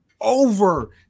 over